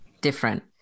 different